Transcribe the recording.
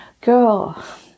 Girl